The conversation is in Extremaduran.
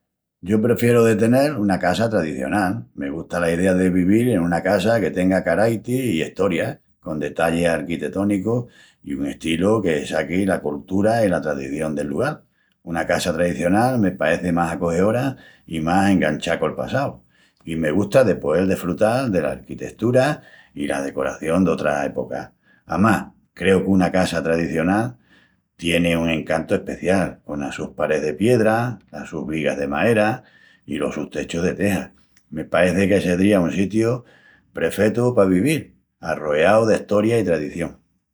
Yo prefieru de tenel una casa tradicional. Me gusta la idea de vivil en una casa que tenga caraiti i estoria, con detallis arquitetónicus i un estilu que saqui la coltura i la tradición del lugal. Una casa tradicional me paeci más acogeora i más enganchá col passau, i me gusta de poel desfrutal dela arquitetura i la decoración d'otra epoca. Amás, creu qu'una casa tradicional tieni un encantu especial, conas sus parés de piera, las sus vigas de maera i los sus techus de tejas. Me paeci que sedría un sitiu prehetu pa vivil, arroeau d'estoria i tradición.